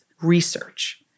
research